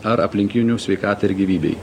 ar aplinkinių sveikatai ir gyvybei